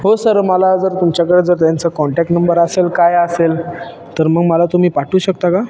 हो सर मला जर तुमच्याकडं जर त्यांचा काँटॅक नंबर असेल काय असेल तर मग मला तुम्ही पाठवू शकता का